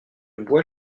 bois